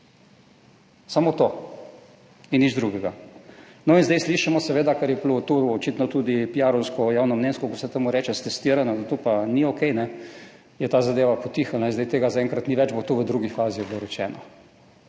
Samo to in nič drugega. Zdaj slišimo, seveda, ker je bilo to očitno tudi piarovsko, javnomnenjsko, kot se temu reče, stestirano, da to pa ni okej, in je ta zadeva potihnila. Zdaj tega zaenkrat ni več, bo to v drugi fazi, je bilo rečeno.